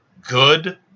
good